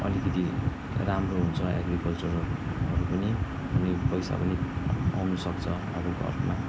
अलिकति राम्रो हुन्छ एग्रीकल्चरहरू पनि अनि पैसा पनि आउँनु सक्छ अब घरमा